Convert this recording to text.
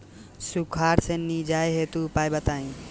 सुखार से निजात हेतु उपाय बताई?